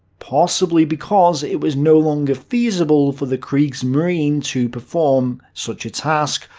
possibly because it was no longer feasible for the kriegsmarine to perform such a task,